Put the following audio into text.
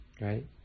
right